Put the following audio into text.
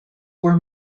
were